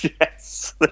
Yes